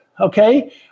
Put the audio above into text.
okay